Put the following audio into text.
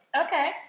Okay